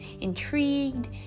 intrigued